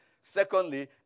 Secondly